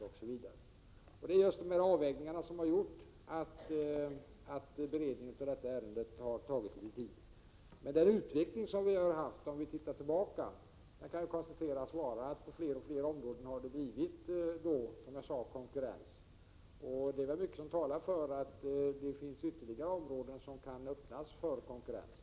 Och det är just de här avvägningarna som har gjort att beredningen av detta ärende har tagit litet tid. Om vi tittar tillbaka kan vi konstatera att den utveckling som vi har haft innebär att det på fler och fler områden har blivit konkurrens, som jag sade. Det är mycket som talar för att ytterligare områden kan komma att öppnas för konkurrens.